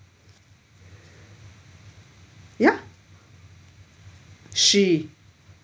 ya she